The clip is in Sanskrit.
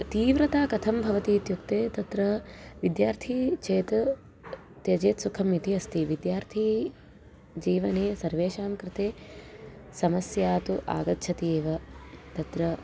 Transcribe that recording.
तीव्रता कथं भवति इत्युक्ते तत्र विद्यार्थी चेत् त्यजेत् सुखम् इति अस्ति विद्यार्थी जीवने सर्वेषां कृते समस्या तु आगच्छति एव तत्र